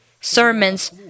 sermons